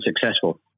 successful